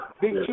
Big